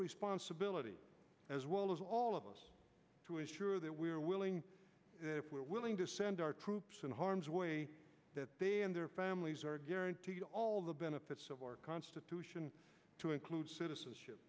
responsibility as well as all of us to ensure that we are willing willing to send our troops in harm's way that they and their families are guaranteed all the benefits of our constitution to include citizenship